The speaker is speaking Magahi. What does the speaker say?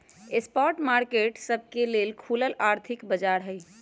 स्पॉट मार्केट सबके लेल खुलल आर्थिक बाजार हइ